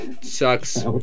Sucks